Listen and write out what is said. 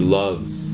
loves